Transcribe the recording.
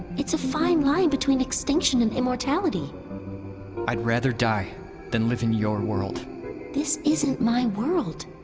it's a fine line between extinction and immortality i'd rather die than live in your world this isn't my world.